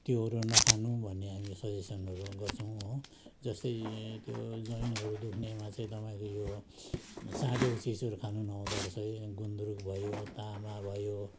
त्योहरू नखानु भन्ने हामी सजेसनहरू गर्छौँ हो जस्तै त्यो जोइनहरू दुख्नेमा चाहिँ तपाईँको यो साँधेको चिजहरू खानु नहुँदोरहेछ गुन्द्रुक भयो तामा भयो